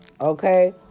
Okay